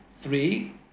three